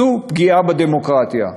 זו פגיעה בדמוקרטיה.